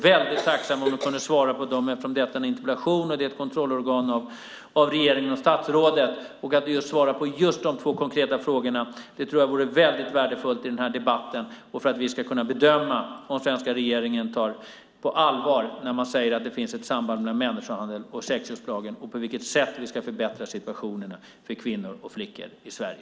Jag vore tacksam om du kunde svara på dem eftersom detta är en interpellation, vilket är ett organ för kontroll av regering och statsråd. Att du i denna debatt svarar på just dessa två konkreta frågor vore värdefullt så att vi kan bedöma om Sveriges regering tar sambandet mellan människohandel och sexköpslag på allvar och på vilket sätt man avser att förbättra situationen för kvinnor och flickor i Sverige.